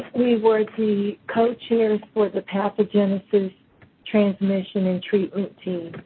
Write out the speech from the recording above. we were the co-chairs for the pathogensis, transmission, and treatment team.